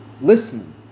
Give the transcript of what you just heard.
listening